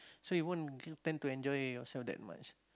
so you won't tend to enjoy yourself that much